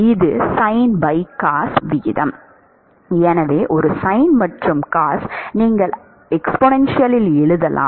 இது sincos விகிதம் எனவே ஒரு sin மற்றும் cos நீங்கள் அதிவேகமாக எழுதலாம்